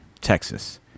Texas